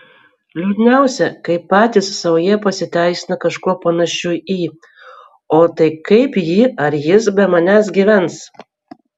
liūdniausia kai patys sau jie pasiteisina kažkuo panašiu į o tai kaip ji ar jis be manęs gyvens